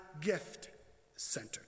gift-centered